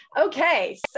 okay